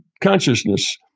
consciousness